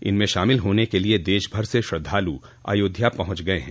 इसमें शामिल होने के लिए देश भर से श्रद्वालु अयोध्या पहुंच गये हैं